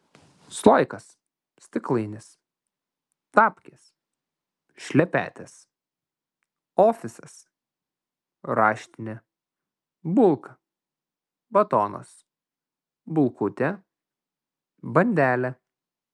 sloikas stiklainis tapkės šlepetės ofisas raštinė bulka batonas bulkutė bandelė